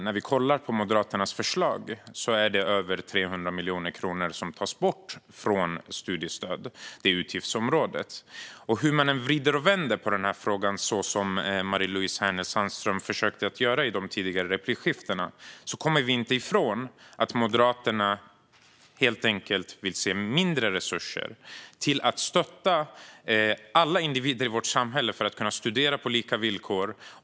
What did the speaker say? När vi tittar på Moderaternas förslag är det över 300 miljoner kronor som tas bort från utgiftsområdet för studiestöd. Hur man än vrider och vänder på frågan - som Marie-Louise Hänel Sandström försökte att göra i de tidigare replikskiftena - kommer vi inte ifrån att Moderaterna helt enkelt vill se mindre resurser till att stötta alla individer i vårt samhälle för att kunna studera på lika villkor.